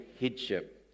headship